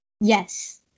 Yes